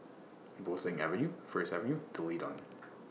Bo Seng Avenue First Avenue D'Leedon